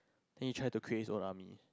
then he tried to create his own army